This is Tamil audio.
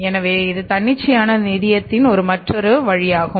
எனவே இது தன்னிச்சையான நிதியத்தின் மற்றொரு வழியாக உள்ளது